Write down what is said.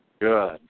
Good